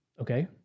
Okay